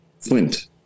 flint